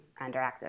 underactive